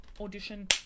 audition